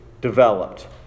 developed